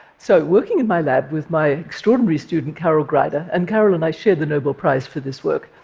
so working in my lab with my extraordinary student carol greider and carol and i shared the nobel prize for this work